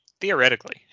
theoretically